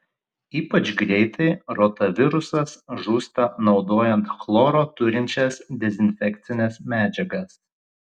ypač greitai rotavirusas žūsta naudojant chloro turinčias dezinfekcines medžiagas